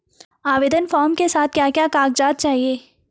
आवेदन फार्म के साथ और क्या क्या कागज़ात चाहिए?